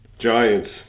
Giants